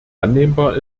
annehmbar